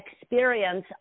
experience